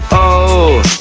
o,